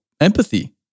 empathy